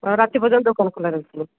ହଁ ରାତି ପର୍ଯ୍ୟନ୍ତ ଦୋକାନ ଖୋଲା ରହୁଛି